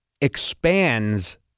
expands